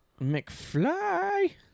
McFly